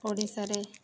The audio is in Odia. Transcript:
ଓଡ଼ିଶାରେ